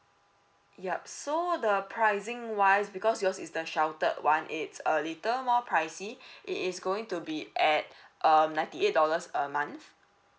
yup so the pricing wise because yours is the sheltered one it's a little more pricey it is going to be at um ninety eight dollars a month